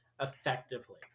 effectively